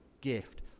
gift